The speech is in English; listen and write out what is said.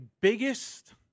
biggest